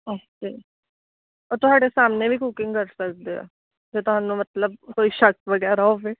okay ਉਹ ਤੁਹਾਡੇ ਸਾਹਮਣੇ ਵੀ ਕੁਕਿੰਗ ਕਰ ਸਕਦੇ ਆ ਜੇ ਤੁਹਾਨੂੰ ਮਤਲਬ ਕੋਈ ਸ਼ੱਕ ਵਗੈਰਾ ਹੋਵੇ